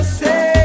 say